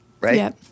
right